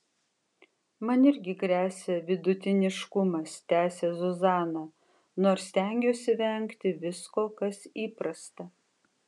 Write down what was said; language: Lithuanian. man irgi gresia vidutiniškumas tęsia zuzana nors stengiuosi vengti visko kas įprasta